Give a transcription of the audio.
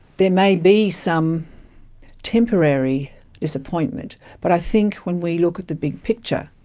there may be some temporary disappointment. but i think when we look at the big picture,